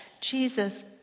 Jesus